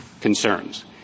concerns